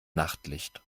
nachtlicht